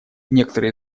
некоторые